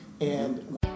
and-